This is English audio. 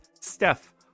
Steph